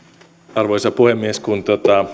arvoisa puhemies kun